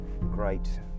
great